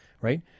Right